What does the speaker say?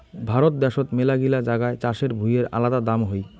ভারত দ্যাশোত মেলাগিলা জাগায় চাষের ভুঁইয়ের আলাদা দাম হই